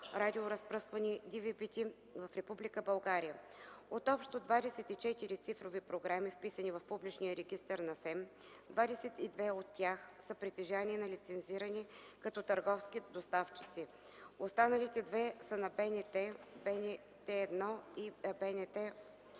радиоразпръскване (DVB-T) в Република България. От общо 24 цифрови програми, вписани в публичния регистър на СЕМ, 22 от тях са притежание на лицензирани като търговски доставчици, останалите 2 са на БНТ – „БНТ 1” и „БНТ